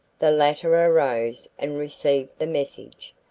the latter arose and received the message,